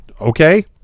okay